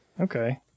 Okay